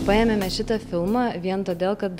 paėmėme šitą filmą vien todėl kad